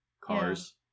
cars